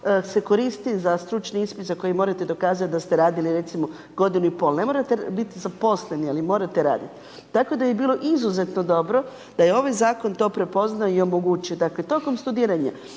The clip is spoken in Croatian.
se koristi za stručni ispit za koji morate dokazati da ste radili recimo godinu i pol. Ne morate biti zaposleni, ali morate raditi. Tako da bi bilo izuzetno dobro da je ovaj zakon to prepoznao i omogućio. Dakle, tijekom studiranja,